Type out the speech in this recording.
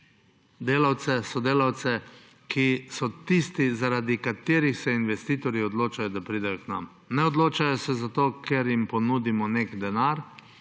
delavce, sodelavce, ki so tisti, zaradi katerih se investitorji odločajo, da pridejo k nam. Ne odločajo se zato, ker jim ponudimo nek denar,